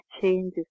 changes